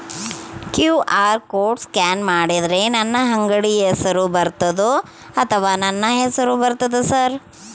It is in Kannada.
ಕ್ಯೂ.ಆರ್ ಕೋಡ್ ಸ್ಕ್ಯಾನ್ ಮಾಡಿದರೆ ನನ್ನ ಅಂಗಡಿ ಹೆಸರು ಬರ್ತದೋ ಅಥವಾ ನನ್ನ ಹೆಸರು ಬರ್ತದ ಸರ್?